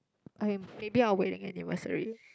I'm maybe our wedding anniversary